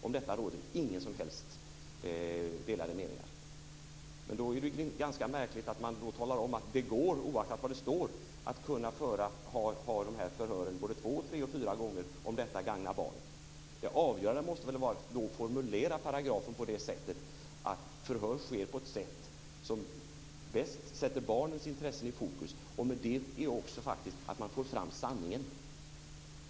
Om detta råder inga som helst delade meningar. Men då är det ganska märkligt att man talar om att det går, oaktat vad det står, att ha dessa förhör både två, tre och fyra gånger om detta gagnar barnet. Det avgörande måste väl vara att formulera paragrafen så att förhör sker på det sätt som bäst sätter barnens intressen i fokus. Med det menas faktiskt också att man får fram sanningen.